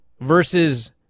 versus